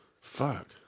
Fuck